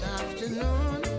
afternoon